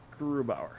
Grubauer